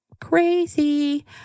crazy